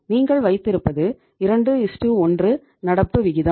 நீங்கள் வைத்திருப்பது 21 நடப்பு விகிதம் 21